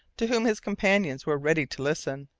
to whom his companions were ready to listen.